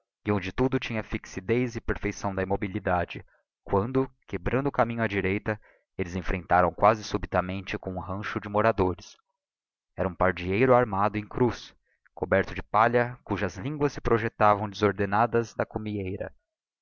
e onde tudo tinha a fixidez e a perfeição da immobilidade quando quebrando o caminho á direita elles enfrentaram quasi subitamente com um rancho de moradores era um pardieiro armado em cruz coberto de palha cujas linguas se projectavam desordenadas da